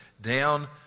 down